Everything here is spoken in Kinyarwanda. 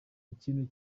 ikintu